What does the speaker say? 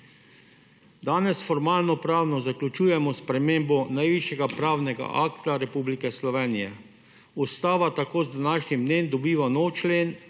Danes formalno pravno zaključujemo s spremembo najvišjega pravnega akta Republike Slovenije. Ustava tako z današnjim dnem dobiva nov člen,